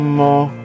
more